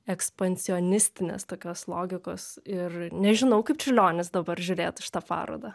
ekspansionistinės tokios logikos ir nežinau kaip čiurlionis dabar žiūrėtų šitą parodą